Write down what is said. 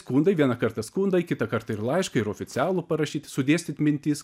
skundai vieną kartą skundai kitą kartą ir laišką ir oficialų parašyt sudėstyt mintis